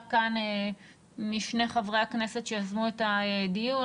כאן משני חברי הכנסת שיזמו את הדיון,